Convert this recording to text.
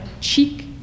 cheek